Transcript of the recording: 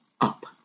up